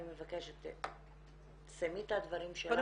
אני מבקשת שתסיימי את הדברים שלך.